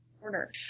corner